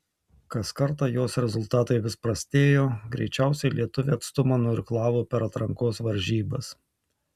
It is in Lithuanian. kas kartą jos rezultatai vis prastėjo greičiausiai lietuvė atstumą nuirklavo per atrankos varžybas